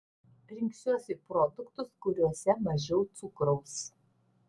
rinksiuosi produktus kuriuose mažiau cukraus